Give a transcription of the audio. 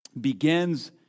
begins